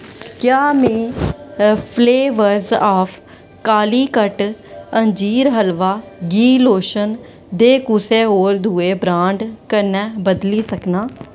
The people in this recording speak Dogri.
क्या मैं फ्लेवर्ज आफ कालीकट अंजीर हलवा गी लोशन दे कुसै होर दुए ब्रांड कन्नै बदली सकनां